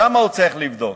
שם הוא צריך לבדוק.